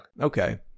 Okay